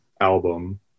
album